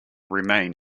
remain